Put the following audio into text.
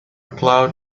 cloud